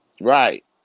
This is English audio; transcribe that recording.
right